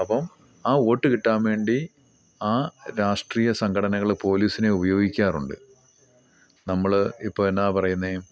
അപ്പം ആ വോട്ട് കിട്ടാൻ വേണ്ടി ആ രാഷ്ട്രീയ സംഘടനകൾ പോലീസിനെ ഉപയോഗിക്കാറുണ്ട് നമ്മൾ ഇപ്പം എന്നാ പറയുന്നത്